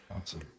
Awesome